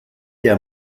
der